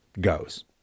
goes